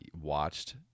watched